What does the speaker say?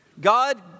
God